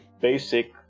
basic